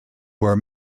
where